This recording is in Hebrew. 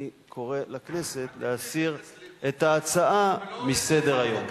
אני קורא לכנסת להסיר את ההצעה מסדר-היום.